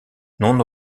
non